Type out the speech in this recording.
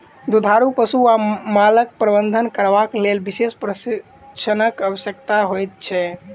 दुधारू पशु वा मालक प्रबंधन करबाक लेल विशेष प्रशिक्षणक आवश्यकता होइत छै